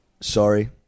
sorry